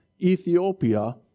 Ethiopia